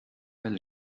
eile